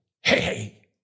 Hey